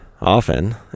Often